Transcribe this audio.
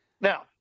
Now